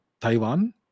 Taiwan